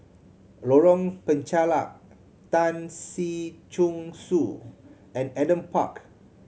Lorong Penchalak Tan Si Chong Su and Adam Park